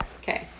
Okay